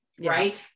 right